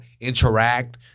interact